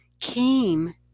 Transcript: came